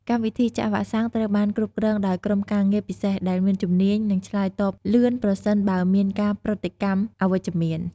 កម្មវិធីចាក់វ៉ាក់សាំងត្រូវបានគ្រប់គ្រងដោយក្រុមការងារពិសេសដែលមានជំនាញ និងឆ្លើយតបលឿនប្រសិនបើមានការប្រតិកម្មអវិជ្ជមាន។